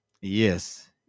Yes